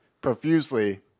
profusely